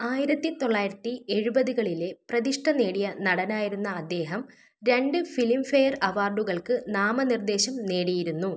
ആയിരത്തി തൊള്ളായിരത്തി എഴുപതുകളിലെ പ്രതിഷ്ഠ നേടിയ നടനായിരുന്ന അദ്ദേഹം രണ്ട് ഫിലിം ഫെയർ അവാർഡുകൾക്ക് നാമ നിർദ്ദേശം നേടിയിരുന്നു